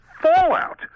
fallout